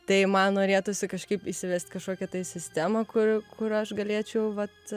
tai man norėtųsi kažkaip įsivest kažkokią sistemą kur kur aš galėčiau vat